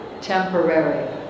temporary